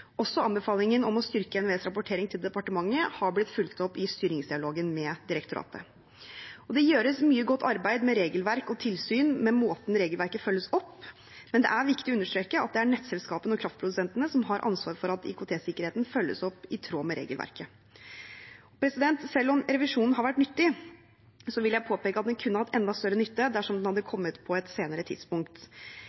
Også anbefalingen om å styrke NVEs rapportering til departementet har blitt fulgt opp i styringsdialogen med direktoratet. Det gjøres mye godt arbeid med regelverk og tilsyn med måten regelverket følges opp, men det er viktig å understreke at det er nettselskapene og kraftprodusentene som har ansvaret for at IKT-sikkerheten følges opp i tråd med regelverket. Selv om revisjonen har vært nyttig, vil jeg påpeke at den kunne hatt enda større nytte dersom den hadde